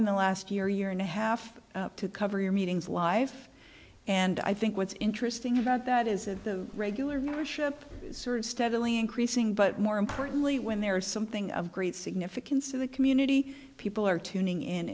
in the last year year and a half to cover your meetings live and i think what's interesting about that is that the regular membership is sort of steadily increasing but more importantly when there is something of great significance in the community people are tuning in